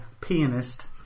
Pianist